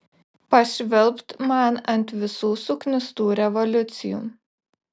pašvilpt man ant visų suknistų revoliucijų